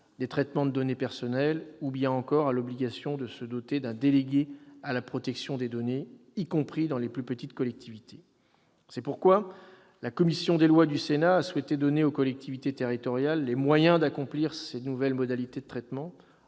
des traitements de données personnelles, ou bien encore à l'obligation de se doter d'un délégué à la protection des données, y compris dans les plus petites collectivités. C'est pourquoi la commission des lois du Sénat a souhaité donner aux collectivités territoriales les moyens d'accomplir ces nouvelles modalités de traitement